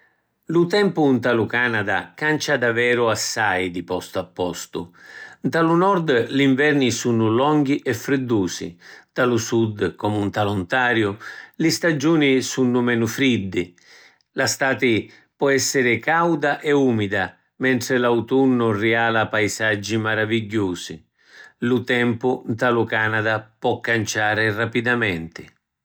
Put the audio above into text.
Lu tempu nta lu Canada cancia daveru assai di postu a postu. Nta lu Nord li nverni sunnu longhi e friddusi. Nta lu Sud, comu nta l’Ontariu, li stagiuni sunnu menu friddi. La stati pò essiri cauda e umida, mentri l’autunnu rijala paisaggi maravigghiusi. Lu tempu nta lu Canada pò canciari rapidamenti.